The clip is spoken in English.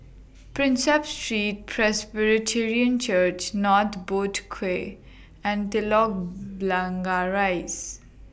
Prinsep Street Presbyterian Church North Boat Quay and Telok Blangah Rise